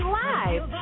live